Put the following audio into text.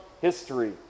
history